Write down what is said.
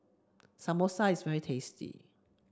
Samosa is very tasty